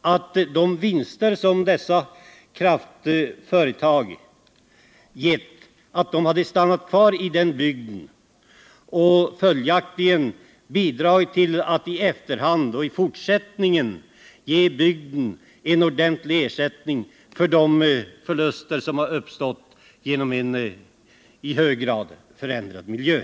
att de vinster dessa kraftföretag fått hade stannat kvar i den bygd där utbyggnaden har skett och därigenom bidragit till att i fortsättningen ge bygden en ordentlig kompensation för de förluster som uppstått genom en i hög grad förändrad miljö.